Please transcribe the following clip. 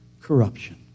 corruption